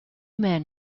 men